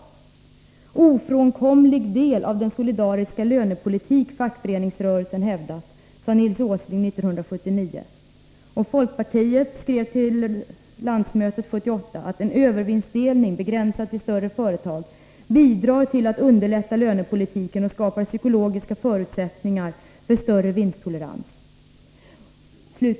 Nils Åsling sade 1979 att det var en ofrånkomlig del av den solidariska lönepolitik fackföreningsrörelsen hävdat. Folkpartiet skrev i sin rapport till landsmötet 1978 att en övervinstdelning, begränsad till större företag, bidrar till att underlätta lönepolitiken och skapar psykologiska förutsättningar för större vinsttolerans.